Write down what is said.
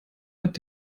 hat